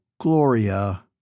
Gloria